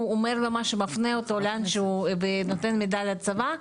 הוא מפנה אותו ונותן מידע על הצבא?